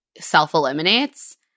self-eliminates